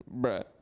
bruh